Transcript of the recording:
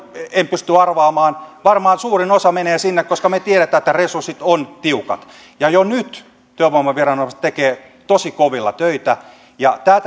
en pysty arvaamaan varmaan suurin osa menee sinne koska me tiedämme että resurssit ovat tiukat jo nyt työvoimaviranomaiset tekevät tosi kovilla töitä ja tämä